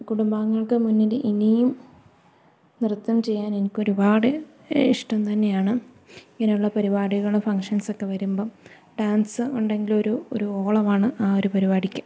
കുടുംബാഗങ്ങൾക്കു മുന്നില് ഇനിയും നൃത്തം ചെയ്യാൻ എനിക്കൊരുപാട് ഇഷ്ടം തന്നെയാണ് ഇങ്ങനെയുള്ള പരിപാടികള് ഫങ്ഷൻസൊക്കെ വരുമ്പോള് ഡാൻസ് ഉണ്ടെങ്കില് ഒരു ഒരു ഓളമാണ് ആ ഒരു പരിപാടിക്ക്